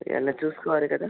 ఏమైనా చూసుకోవాలి కదా